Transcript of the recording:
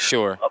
Sure